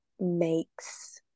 makes